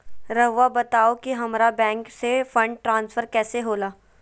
राउआ बताओ कि हामारा बैंक से फंड ट्रांसफर कैसे होला?